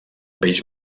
peix